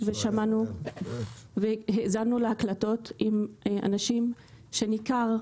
ושמענו והאזנו להקלטות עם אנשים שניכר,